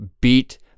beat